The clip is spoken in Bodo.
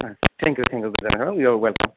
tank you thank U year welcome